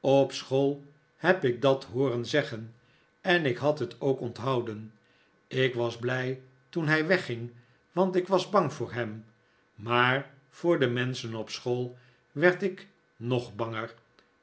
op school heb ik dat hooren zeggen en ik had het ook onthouden ik was blij toen hij wegging want ik was bang voor hem maar voor de menschen op school werd ik nog banger